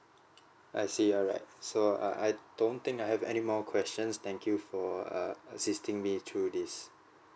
I see alright so err err I don't think I have any more questions thank you for err assisting me through these